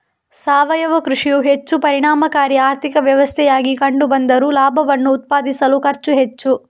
ಸಾವಯವ ಕೃಷಿಯು ಹೆಚ್ಚು ಪರಿಣಾಮಕಾರಿ ಆರ್ಥಿಕ ವ್ಯವಸ್ಥೆಯಾಗಿ ಕಂಡು ಬಂದರೂ ಲಾಭವನ್ನು ಉತ್ಪಾದಿಸಲು ಖರ್ಚು ಹೆಚ್ಚು